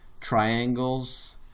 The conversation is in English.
triangles